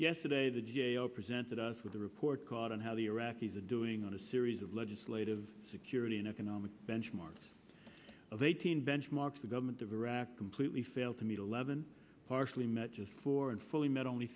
yesterday the g a o presented us with a report card on how the iraqis are doing on a series of legislative security and economic benchmarks of eighteen benchmarks the government of iraq completely failed to meet eleven partially met just four and fully met only